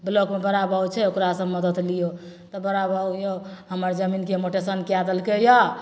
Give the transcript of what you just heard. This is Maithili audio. ब्लॉकमे बड़ा बाबू छै ओकरासे मदति लिऔ तऽ बड़ा बाबू यौ हमर जमीनके मुटेशन कै देलकै यऽ